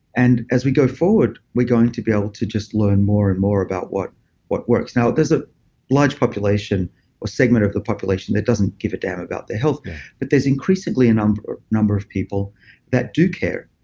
and as we go forward, we're going to be able to just learn more and more about what what works. now, there's a large population or segment of the population that doesn't give a damn about the health yeah there's increasingly a number number of people that do care.